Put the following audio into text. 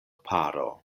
paro